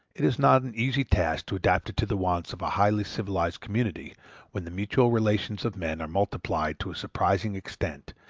it is not an easy task to adapt it to the wants of a highly civilized community when the mutual relations of men are multiplied to a surprising extent,